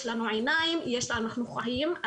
יש לנו עיניים, אנחנו חיים.